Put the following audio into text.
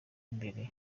imbere